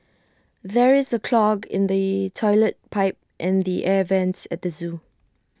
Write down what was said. there is A clog in the Toilet Pipe and the air Vents at the Zoo